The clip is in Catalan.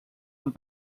amb